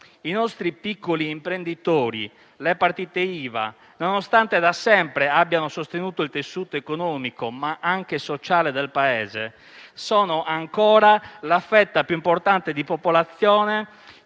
I nostri piccoli imprenditori e le partite IVA, nonostante da sempre abbiano sostenuto il tessuto economico e anche sociale del Paese, sono ancora la fetta più importante di popolazione